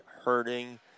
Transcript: hurting